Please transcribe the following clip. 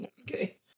Okay